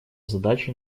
задачи